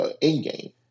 in-game